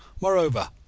Moreover